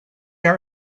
are